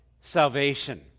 salvation